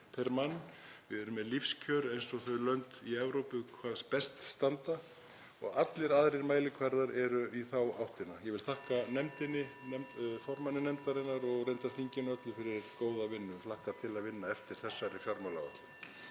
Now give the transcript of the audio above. per mann. Við erum með lífskjör eins og þau lönd í Evrópu sem hvað best standa og allir aðrir mælikvarðar eru í þá áttina. Ég vil þakka nefndinni, (Forseti hringir.) formanni nefndarinnar og reyndar þinginu öllu fyrir góða vinnu. Ég hlakka til að vinna eftir þessari fjármálaáætlun.